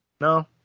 no